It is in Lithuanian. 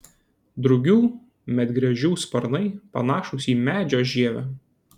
drugių medgręžių sparnai panašūs į medžio žievę